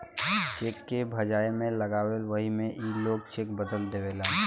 check के भजाए मे लगला वही मे ई लोग चेक बदल देवेलन